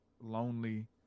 lonely